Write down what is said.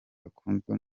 bakunzwe